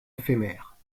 éphémère